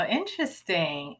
interesting